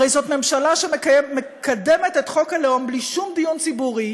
הרי זאת ממשלה שמקדמת את חוק הלאום בלי שום דיון ציבורי,